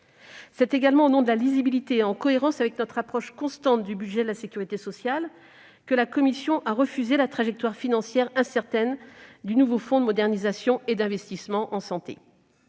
de ce même principe de lisibilité et en cohérence avec notre approche constante du budget de la sécurité sociale, la commission a refusé la trajectoire financière incertaine du nouveau fonds de modernisation et d'investissement en santé.